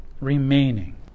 remaining